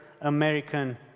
American